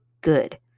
good